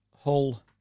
Hull